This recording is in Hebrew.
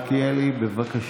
חבר הכנסת מלכיאלי, בבקשה.